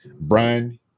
Brian